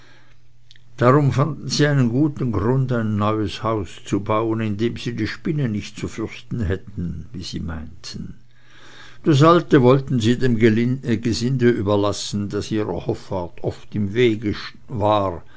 darum fanden sie einen guten grund ein neues haus zu bauen in dem sie die spinne nicht zu fürchten hätten wie sie meinten das alte wollten sie dem gesinde überlassen das ihrer hoffart oft im wege war